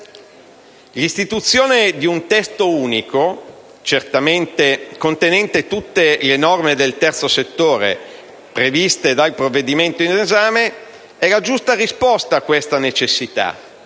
L'istituzione di un testo unico contenente tutte le norme del terzo settore, previsto dal provvedimento in esame è la giusta risposta a questa necessità